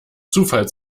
zufall